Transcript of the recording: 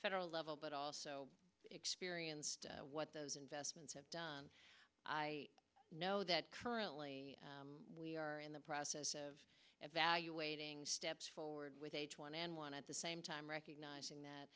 federal level but also experienced what those investments have done i know that currently we are in the process of evaluating steps forward with h one n one at the same time recognizing that